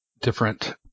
different